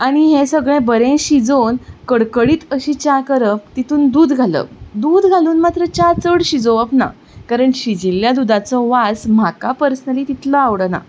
आनी हें सगळें बरें शिजोवन कडकडीत अशी च्या करप तितून दूद घालप दूद घालून मात्र च्या चड शिजोवप ना कारण शिजील्ल्या दुदाचो वास म्हाका पर्सनली तितलो आवडना